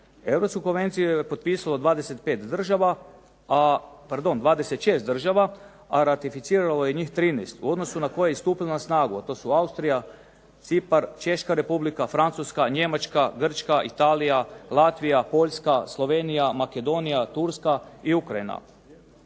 Europsku konvenciju je potpisalo 25 država, pardon 26 država, a ratificiralo je njih 13, u odnosu na koje je i stupilo na snagu, a to su Austrija, Cipar, Češka Republika, Francuska, Njemačka, Grčka, Italija, Latvija, Poljska, Slovenija, Makedonija, Turska i Ukrajina.